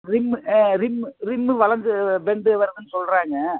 rim ஆ rim rim வளைஞ்சி bend வருதுனு சொல்றாங்க